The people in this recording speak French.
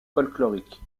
folklorique